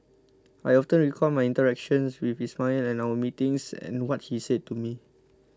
I often recall my interactions with Ismail and our meetings and what he said to me